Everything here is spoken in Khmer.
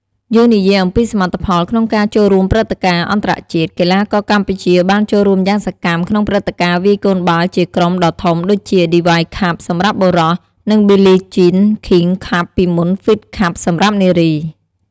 យើងនិយាយអំពីសមិទ្ធផលក្នុងការចូលរួមព្រឹត្តិការណ៍អន្តរជាតិ កីឡាករកម្ពុជាបានចូលរួមយ៉ាងសកម្មក្នុងព្រឹត្តិការណ៍វាយកូនបាល់ជាក្រុមដ៏ធំដូចជា Davis Cup សម្រាប់បុរស និង Billie Jean King Cup ពីមុន Fed Cup សម្រាប់នារី។